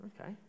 Okay